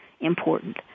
important